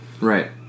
Right